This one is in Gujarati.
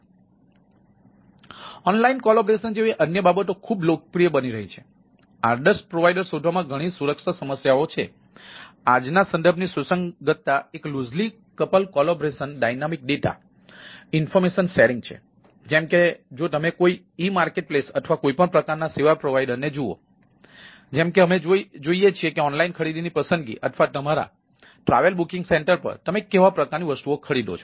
તેથી ઓનલાઇન કોલેબોરેસન અથવા કોઈપણ પ્રકારના સેવા પ્રોવાઇડરને જુઓ જેમ કે અમે જોઈએ છીએ કે ઓનલાઇન ખરીદીની પસંદગી તથા તમારા ટ્રાવેલ બુકિંગ સેન્ટર પર તમે કેવા પ્રકારની વસ્તુઓ ખરીદો છો